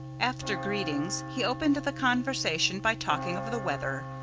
after greetings, he opened the conversation by talking of the weather,